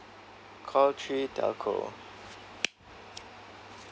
call three telco